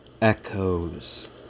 echoes